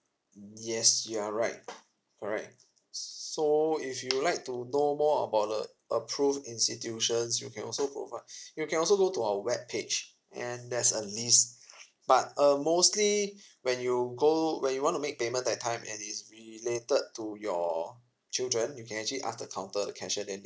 yes you are right correct so if you would like to know more about the approved institutions you can also provide you can also go to our web page and there's a list but uh mostly when you go when you want to make payment that time and it's related to your children you can actually ask the counter the cashier then they